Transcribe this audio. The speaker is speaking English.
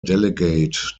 delegate